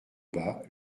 bas